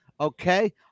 okay